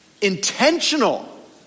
intentional